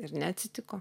ir neatsitiko